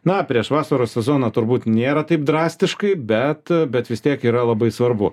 na prieš vasaros sezoną turbūt nėra taip drastiškai bet bet vis tiek yra labai svarbu